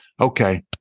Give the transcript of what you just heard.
okay